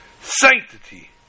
sanctity